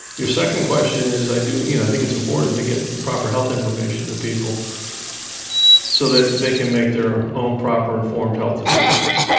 your second question is i do you know, i think it's important to get the proper health information to people so that they can make their own proper informed health decisions,